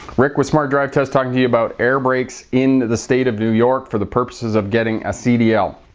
rick with smart drive test talking to you about air brakes in the state of new york for the purposes of getting a cdl.